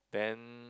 then